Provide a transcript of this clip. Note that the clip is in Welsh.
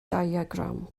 diagram